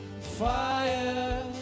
fire